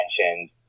mentioned